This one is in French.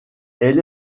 elle